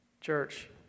Church